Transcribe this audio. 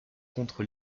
contre